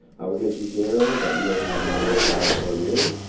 we're gonna choose narrow, but you might have moderate, wide, or mirrored.